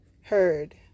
heard